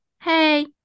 Hey